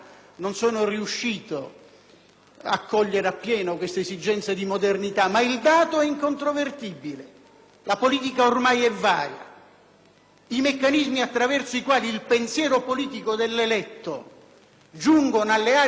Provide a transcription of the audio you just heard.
a cogliere appieno questa esigenza di modernità, ma il dato è incontrovertibile: la politica ormai è varia e i meccanismi attraverso i quali il pensiero politico dell'eletto giungono alle aree vaste della società